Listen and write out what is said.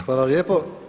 Hvala lijepo.